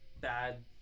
bad